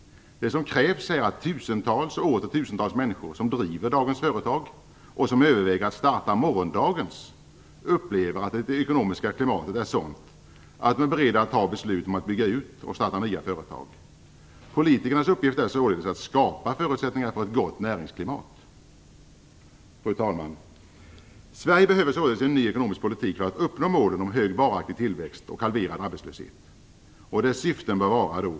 Det som krävs är att tusentals och åter tusentals människor som driver dagens företag och som överväger att starta morgondagens upplever att det ekonomiska klimatet är sådant att de är beredda att ta beslut om bygga ut och starta nya företag. Politikernas uppgift är således att skapa förutsättningar för ett gott näringsklimat. Fru talman! Sverige behöver således en ny ekonomisk politik för att uppnå målen om hög varaktig tillväxt och halverad arbetslöshet. Dess syften bör vara.